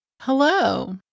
Hello